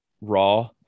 Raw